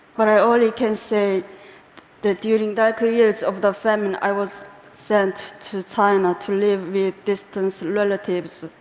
but i only can say that during the ugly years of the famine, i was sent to china to live with distant relatives.